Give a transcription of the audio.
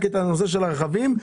רק נושא הרכבים,